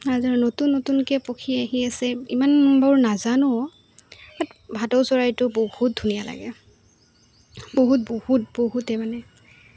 আৰু নতুন নতুনকে পক্ষী আহি আছে ইমান বৰ নাজানো ভাটৌ চৰাইটো বহুত ধুনীয়া লাগে বহুত বহুত বহুতে মানে